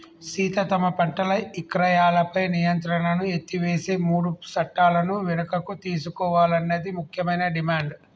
సీత తమ పంటల ఇక్రయాలపై నియంత్రణను ఎత్తివేసే మూడు సట్టాలను వెనుకకు తీసుకోవాలన్నది ముఖ్యమైన డిమాండ్